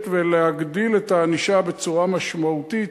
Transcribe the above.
ולהגדיל את הענישה בצורה משמעותית,